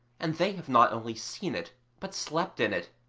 and they have not only seen it but slept in it,